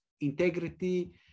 Integrity